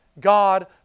God